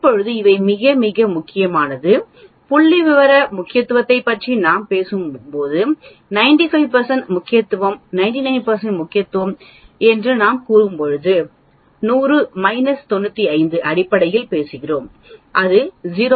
இப்போது இவை மிக மிக முக்கியமானவை புள்ளிவிவர முக்கியத்துவத்தைப் பற்றி நாம் பேசும்போது 95 முக்கியத்துவம் 99 முக்கியத்துவம் என்று நாம் கூறும்போது 100 95 அடிப்படையில் பேசுகிறோம் இது 0